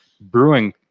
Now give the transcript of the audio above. brewing